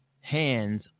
hands